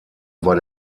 war